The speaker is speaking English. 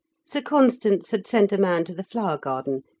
sir constans had sent a man to the flower-garden,